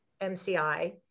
MCI